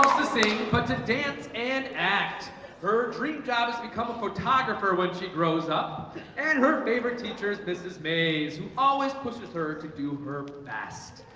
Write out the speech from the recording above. to sing but to dance and act her dream job has become a photographer when she grows up and her favorite teachers. mrs. mayes always pushes her to do her best.